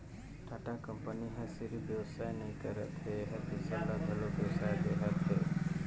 Tata company ह सिरिफ बेवसाय नी करत हे एहर दूसर ल घलो बेवसाय देहत हे